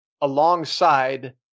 alongside